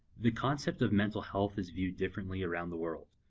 the concept of mental health is viewed differently around the world,